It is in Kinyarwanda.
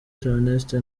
theoneste